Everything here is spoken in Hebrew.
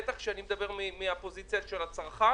בטח כשאני מדבר מהפוזיציה של הצרכן,